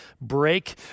break